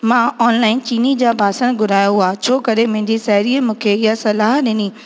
मां ऑनलाइन चीनी जा भासण घुराया हुआ छो करे मुंहिंजी साहेड़ीअ मूंखे इहा सलाह ॾिनी